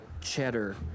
cheddar